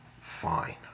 fine